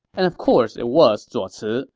and of course it was zuo ci,